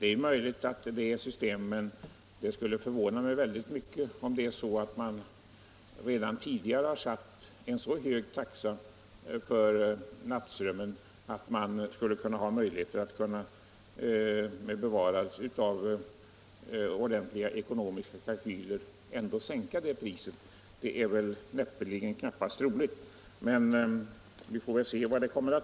Det är möjligt — men det skulle förvåna mig —- att man redan tidigare har satt en så hög taxa för nattströmmen att man skulle kunna ha möjligheter att sänka det priset, med bevarande av ordentliga ekonomiska kalkyler. Det är näppeligen troligt. Men vi får se vad som händer.